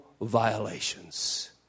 violations